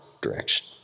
direction